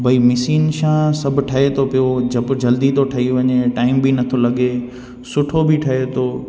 भई मशीन सां सभु ठहे थो पियो जब जल्दी थो ठही वञे टाइम बि नथो लॻे सुठो बि ठहे थो